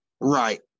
Right